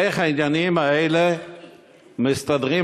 איך העניינים האלה מסתדרים?